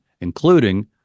including